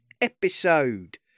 episode